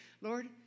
Lord